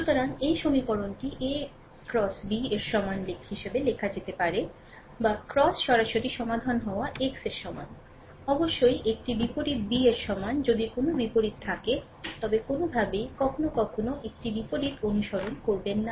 সুতরাং এই সমীকরণটি AX B এর সমান হিসাবে লেখা যেতে পারে বা x সরাসরি সমাধান হওয়া x এর সমান অবশ্যই একটি বিপরীত বি এর সমান যদি কোনও বিপরীত থাকে তবে কোন ভাবেই কখনও কখনও একটি বিপরীত অনুসরণ করবেন না